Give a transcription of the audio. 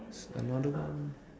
another one